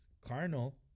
carnal